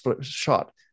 shot